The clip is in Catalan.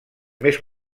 més